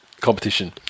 competition